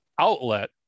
outlet